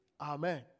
Amen